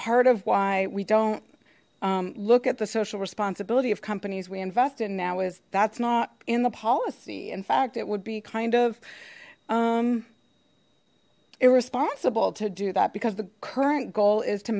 part of why we don't look at the social responsibility of companies we invest in now is that's not in the policy in fact it would be kind of music irresponsible to do that because the current goal is to